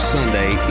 Sunday